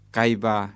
Kaiba